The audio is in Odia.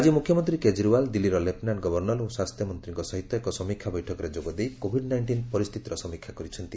ଆଜି ମୁଖ୍ୟମନ୍ତ୍ରୀ କେଜରିଓ୍ବାଲ୍ ଦିଲ୍ଲୀର ଲେପୁନାଣ୍ଟ ଗଭର୍ଣ୍ଣର ଓ ସ୍ୱାସ୍ଥ୍ୟ ମନ୍ତ୍ରୀଙ୍କ ସହିତ ଏକ ସମୀକ୍ଷା ବୈଠକରେ ଯୋଗଦେଇ କୋଭିଡ୍ ନାଇଷ୍ଟିନ୍ ପରିସ୍ଥିତିର ସମୀକ୍ଷା କରିଛନ୍ତି